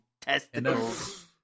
testicles